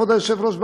כבוד היושב-ראש,